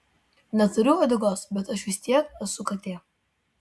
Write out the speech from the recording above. neturiu uodegos bet aš vis tiek esu katė